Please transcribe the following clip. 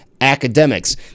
academics